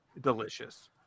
delicious